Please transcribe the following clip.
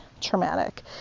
traumatic